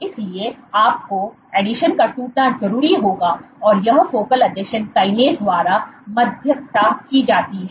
इसलिए आपको एडिशन का टूटना जरूरी होगा और यह फोकल आसंजन किनेज़ द्वारा मध्यस्थता की जाती है